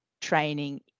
training